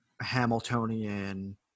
Hamiltonian